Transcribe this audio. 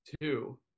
two